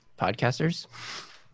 podcasters